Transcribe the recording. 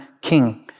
king